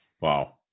Wow